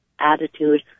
attitude